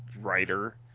writer